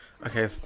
Okay